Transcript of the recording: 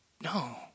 No